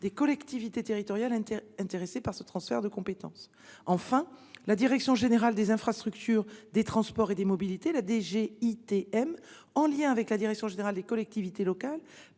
des collectivités territoriales intéressées par le transfert de compétence. Enfin, la direction générale des infrastructures, des transports et des mobilités (DGITM) prépare actuellement, en lien avec la direction générale des collectivités locales,